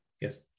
Yes